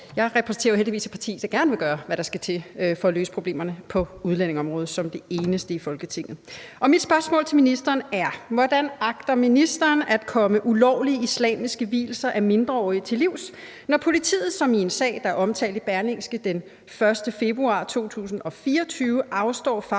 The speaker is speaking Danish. Jeg repræsenterer jo heldigvis et parti, der gerne vil gøre, hvad der skal til for at løse problemerne på udlændingeområdet – som det eneste i Folketinget. Mit spørgsmål til ministeren er: Hvordan agter ministeren at komme ulovlige islamiske vielser af mindreårige til livs, når politiet, som i en sag, der er omtalt i Berlingske den 1. februar 2024, afstår fra